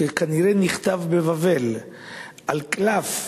שכנראה נכתב בבבל על קלף.